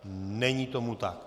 Není tomu tak.